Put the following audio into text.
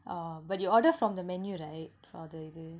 orh but you order from the menu right or they give